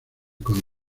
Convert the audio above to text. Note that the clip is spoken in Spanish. con